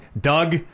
Doug